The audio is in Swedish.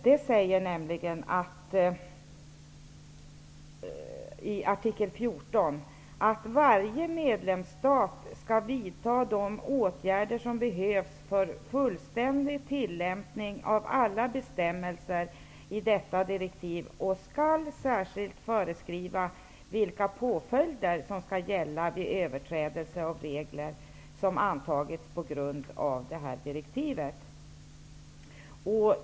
I artikel 14 sägs det nämligen att ''Varje medlemsstat skall vidta de åtgärder som behövs för fullständig tillämpning av alla bestämmelser i detta direktiv och skall särskilt föreskriva vilka påföljder som skall gälla vid överträdelse av regler som antagits på grund av detta direktiv.''